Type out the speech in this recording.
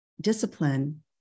discipline